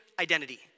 identity